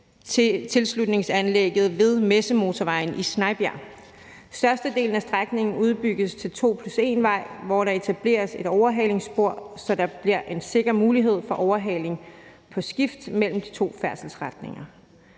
til tilslutningsanlægget ved Messemotorvejen i Snejbjerg. Størstedelen af strækningen udbygges til 2+1-vej, hvor der etableres et overhalingsspor, så der bliver en sikker mulighed for overhaling på skift mellem de to færdselsretninger.